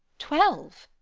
twelve!